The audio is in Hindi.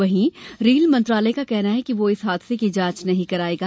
वहीं रेल मंत्रालय का कहना है कि वह इस हादसे की जाँच नहीं करायेगा